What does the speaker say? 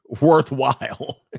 worthwhile